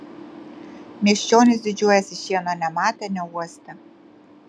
miesčionys didžiuojasi šieno nematę neuostę